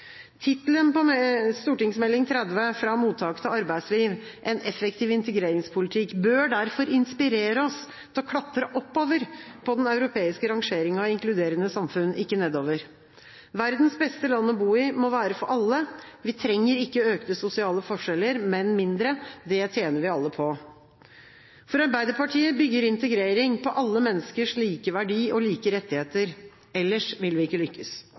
Tittelen på Meld. St. 30 for 2015–2016, Fra mottak til arbeidsliv – en effektiv integreringspolitikk, bør derfor inspirere oss til å klatre oppover på den europeiske rangeringen av inkluderende samfunn, ikke nedover. Verdens beste land å bo i må være for alle. Vi trenger ikke økte sosiale forskjeller, men mindre. Det tjener vi alle på. For Arbeiderpartiet bygger integrering på alle menneskers like verdi og like rettigheter. Ellers vil vi